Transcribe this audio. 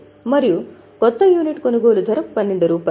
10 మరియు చివరికి రూ